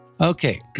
Okay